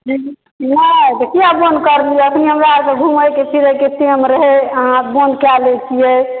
नहि तऽ किया बन्द करबै अखन हमरा आरके घूमय फिरय के टाइम रहै अहाँ बन्द कए लै छियै